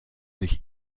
sich